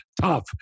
tough